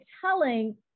telling